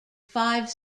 five